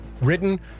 written